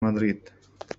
مدريد